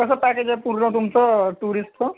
कसं पॅकेज आहे पूर्ण तुमचं टुरिस्टचं